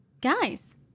Guys